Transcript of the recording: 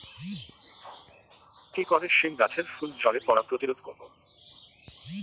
কি করে সীম গাছের ফুল ঝরে পড়া প্রতিরোধ করব?